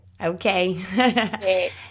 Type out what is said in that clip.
okay